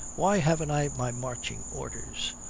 why haven't i my marching orders?